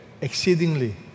exceedingly